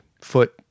foot